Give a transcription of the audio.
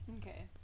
Okay